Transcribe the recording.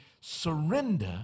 surrender